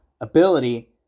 ability